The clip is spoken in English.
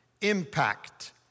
impact